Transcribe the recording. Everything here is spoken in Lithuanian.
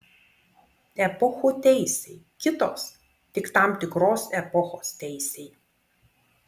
epochų teisei kitos tik tam tikros epochos teisei